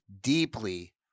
deeply